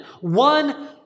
One